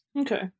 Okay